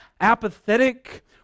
apathetic